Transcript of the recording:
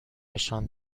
نشان